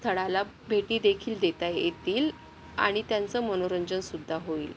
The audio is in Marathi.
स्थळाला भेटीदेखील देता येतील आणि त्यांचं मनोरंजन सुद्धा होईल